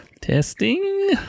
testing